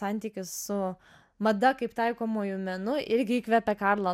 santykis su mada kaip taikomuoju menu irgi įkvepia karlą